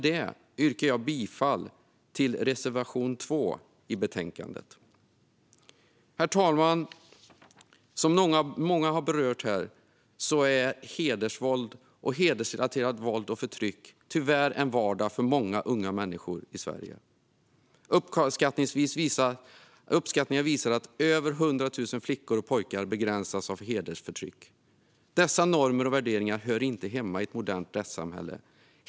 Jag yrkar bifall till reservation 2 i betänkandet. Herr talman! Som många har berört här är hedersrelaterat våld och förtryck tyvärr en vardag för många unga människor i Sverige. Uppskattningar visar att över 100 000 flickor och pojkar begränsas av hedersförtryck. Dessa normer och värderingar hör inte hemma i ett modernt rättssamhälle.